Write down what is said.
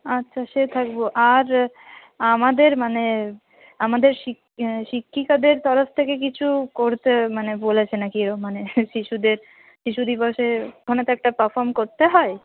আচ্ছা সে থাকব আর আমাদের মানে আমাদের শিক শিক্ষিকাদের তরফ থেকে কিছু করতে মানে বলেছে না কি এরম মানে শিশুদের শিশু দিবসের ওখানে তো একটা পারফর্ম করতে হয়